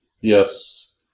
Yes